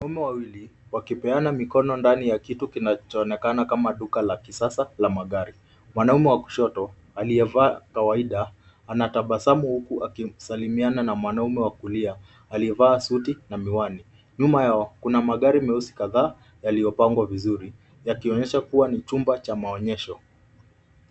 Wanaume wawili wakipeana mikono ndani ya kitu kinachoonekana kama duka la kisasa la magari. Mwanaume wa kushoto aliyevaa kawaida anatabasamu huku akisalimiana na mwanaume wa kulia aliyevaa suti na miwani. Nyuma yao kuna magari meusi kadhaa yaliyopangwa vizuri, yakionyesha kuwa ni chumba cha maonyesho.